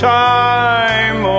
time